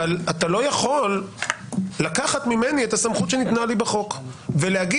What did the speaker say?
אבל אתה לא יכול לקחת ממני את הסמכות שניתנה לי בחוק ולהגיד,